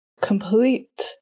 complete